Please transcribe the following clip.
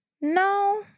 no